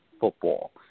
football